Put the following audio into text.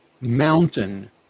mountain